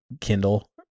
kindle